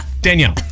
Danielle